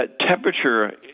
temperature